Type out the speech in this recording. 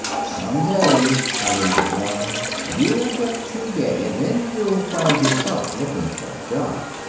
someday, ballou would warn her, you'll get too gay, and then you'll find yourself looking for a job.